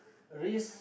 risk